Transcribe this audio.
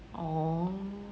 oh